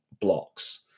blocks